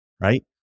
right